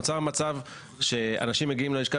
נוצר מצב שאנשים מגיעים ללשכה